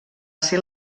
ser